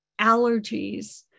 allergies